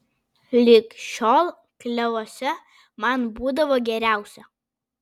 lig šiol klevuose man būdavo geriausia